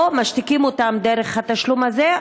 או שמשתיקים אותן דרך התשלום הזה,